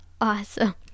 Awesome